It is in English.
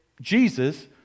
Jesus